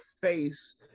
face